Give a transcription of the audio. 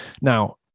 Now